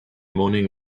morning